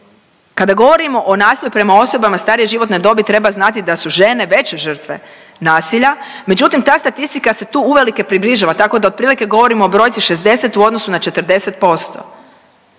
Kada govorimo o nasilju prema osobama starije životne dobi treba znati da su žene veće žrtve nasilja, međutim ta statistika se tu uvelike približava tako da otprilike govorimo o brojci 60 u odnosu na 40%